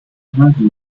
happened